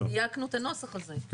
ואז דייקנו את הנוסח הזה.